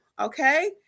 Okay